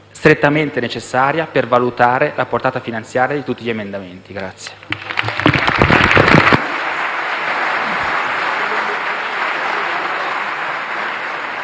strettamente necessaria a valutare la portata finanziaria di tutti gli emendamenti.